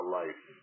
life